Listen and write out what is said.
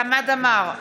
חמד עמאר,